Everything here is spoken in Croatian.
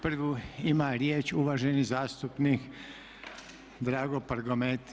Prvo ima riječ uvaženi zastupnik Drago Prgomet.